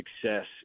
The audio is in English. success